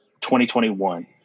2021